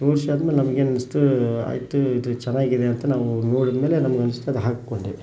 ತೋರಿಸಿ ಆದ್ಮೇಲೆ ನಮ್ಗೇನು ಅನ್ನಿಸ್ತು ಆಯಿತು ಇದು ಚೆನ್ನಾಗಿದೆ ಅಂತ ನಾವು ನೋಡಿದ್ಮೇಲೆ ನಮ್ಗೆ ಅನ್ನಿಸ್ತು ಅದು ಹಾಕ್ಕೊಂಡೆ